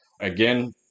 Again